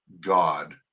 God